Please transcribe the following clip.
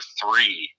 three